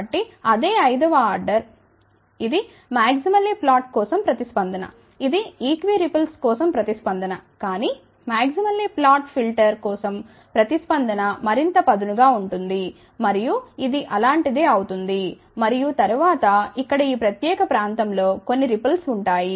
కాబట్టి అదే ఐదవ ఆర్డర్ ఇది మాక్సిమల్లీ ఫ్లాట్ కోసం ప్రతిస్పందన ఇది ఈక్విరిపిల్స్ కోసం ప్రతిస్పందన కానీ మాక్సిమల్లీ ఫ్లాట్ ఫిల్టర్ కోసం ప్రతిస్పందన మరింత పదును గా ఉంటుంది మరియు ఇది అలాంటి దే అవుతుంది మరియు తరువాత ఇక్కడ ఈ ప్రత్యేక ప్రాంతం లో కొన్ని రిపుల్స్ ఉంటాయి